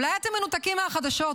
אולי אתם מנותקים מהחדשות,